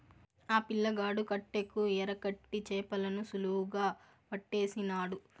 ఆ పిల్లగాడు కట్టెకు ఎరకట్టి చేపలను సులువుగా పట్టేసినాడు